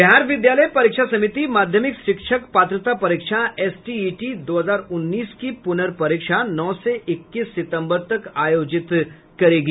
बिहार विद्यालय परीक्षा समिति माध्यमिक शिक्षक पात्रता परीक्षा एसटीईटी दो हजार उन्नीस की पुनर्परीक्षा नौ से इक्कीस सितम्बर तक आयोजित करेगी